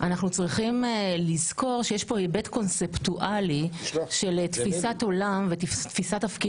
אנחנו צריכים לזכור שיש פה היבט קונספטואלי של תפיסת עולם ותפיסת תפקיד